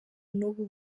n’ubu